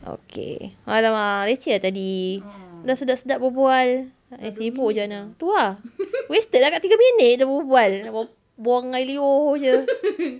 okay !alamak! leceh ah tadi dah sedap-sedap berbual itu lah dah nak dekat tiga minit kita berbual nak buang air liur jer